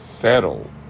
settle